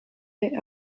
est